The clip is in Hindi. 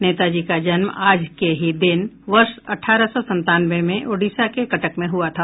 नेताजी का जन्म आज ही के दिन वर्ष अठारह सौ संतानवे में ओडिसा के कटक में हुआ था